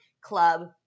club